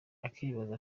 akibaza